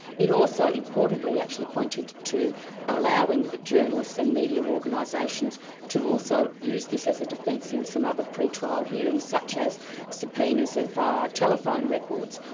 it also importantly actually pointed to allowing journalists and media organisations to also use this as a defence in some other pre-trial hearings such as subpoenas of telephone records,